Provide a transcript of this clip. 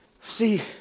See